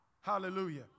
Hallelujah